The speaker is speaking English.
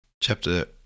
Chapter